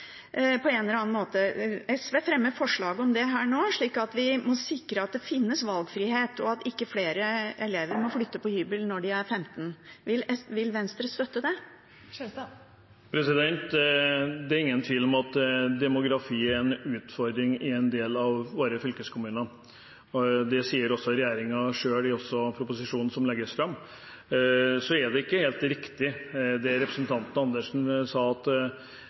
på en eller annen måte. SV fremmer forslag om det her nå, for å sikre at det finnes valgfrihet, og at ikke flere elever må flytte på hybel når de er 15. Vil Venstre støtte det? Det er ingen tvil om at demografi er en utfordring i en del av våre fylkeskommuner. Det sier også regjeringen selv i proposisjonen som legges fram. Så er det ikke helt riktig det representanten Andersen sa, at